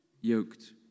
yoked